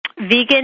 vegan